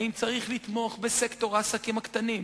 האם צריך לתמוך בסקטור העסקים הקטנים?